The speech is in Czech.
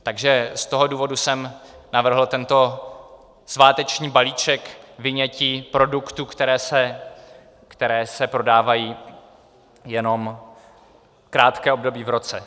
Takže z toho důvodu jsem navrhl tento sváteční balíček vynětí produktů, které se prodávají jenom krátké období v roce.